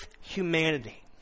humanity